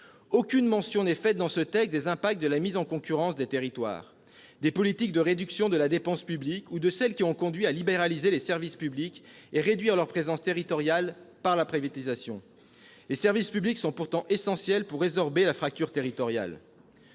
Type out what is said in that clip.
Aucune mention n'est faite dans ce texte des impacts de la mise en concurrence des territoires, des politiques de réduction de la dépense publique ou de celles qui ont conduit à libéraliser les services publics et à réduire leur présence territoriale par la privatisation. Les services publics sont pourtant essentiels pour résorber la facture territoriale.